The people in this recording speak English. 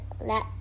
let